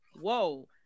whoa